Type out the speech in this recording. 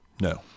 No